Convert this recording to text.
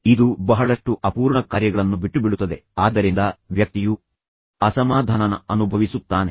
ಆದ್ದರಿಂದ ಇದು ಬಹಳಷ್ಟು ಅಪೂರ್ಣ ಕಾರ್ಯಗಳನ್ನು ಬಿಟ್ಟುಬಿಡುತ್ತದೆ ಆದ್ದರಿಂದ ವ್ಯಕ್ತಿಯು ಅಸಮಾಧಾನ ಅಥವಾ ಅಸಂಬದ್ಧತೆಯನ್ನು ಅನುಭವಿಸುತ್ತಾನೆ